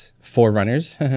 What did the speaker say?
Forerunners